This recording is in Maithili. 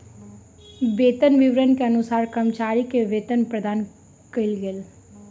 वेतन विवरण के अनुसार कर्मचारी के वेतन प्रदान कयल गेल